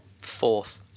Fourth